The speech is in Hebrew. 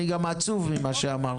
אני גם עצוב ממה שאמרת.